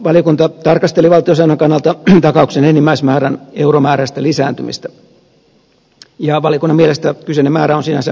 valiokunta tarkasteli valtiosäännön kannalta takauksen enimmäismäärän euromääräistä lisääntymistä ja valiokunnan mielestä kyseinen määrä on sinänsä merkittävä